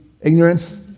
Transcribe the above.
ignorance